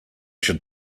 should